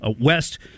west